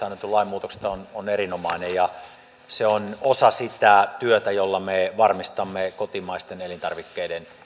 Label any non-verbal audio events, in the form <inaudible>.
<unintelligible> annetun lain muutoksesta on on erinomainen se on osa sitä työtä jolla me varmistamme kotimaisten elintarvikkeiden